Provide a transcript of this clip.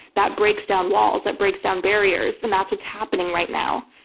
that breaks down walls. that breaks down barriers and that's what's happening right now.